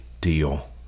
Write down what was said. deal